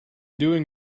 doing